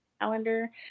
calendar